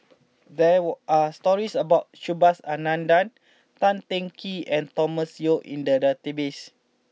there were are stories about Subhas Anandan Tan Teng Kee and Thomas Yeo in the database